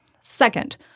Second